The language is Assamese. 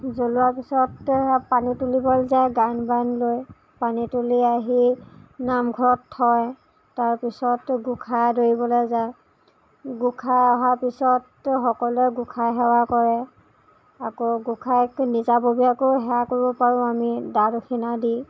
জ্বলোৱাৰ পিছত সেয়া পানী তুলিবলৈ যায় গায়ন বায়ন লৈ পানী তুলি আহি নামঘৰত থয় তাৰপিছত গোঁসাই আদৰিবলৈ যায় গোঁসাই অহাৰ পিছত সকলোৱে গোঁসাই সেৱা কৰে আকৌ গোঁসাইক নিজাববীয়াকৈ সেৱা কৰিব পাৰোঁ আমি দা দক্ষিণা দি